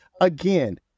again